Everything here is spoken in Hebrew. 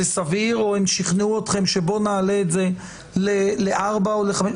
סביר או שהם שכנעו אתכם שנעלה את זה ל-4 מ"ר או ל-5 מ"ר,